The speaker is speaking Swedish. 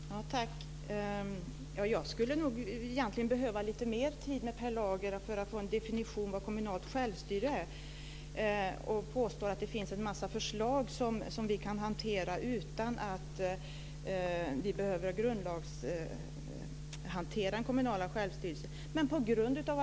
Herr talman! Jag skulle egentligen behöva lite mer tid med Per Lager för att få en definition av vad kommunalt självstyre är. Jag tar upp påståendena om att det finns en massa förslag som vi kan arbeta med utan att vi behöver hantera det kommunala självstyret ur grundlagsperspektiv.